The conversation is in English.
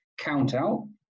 countout